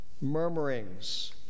Murmurings